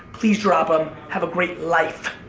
please drop em. have a great life.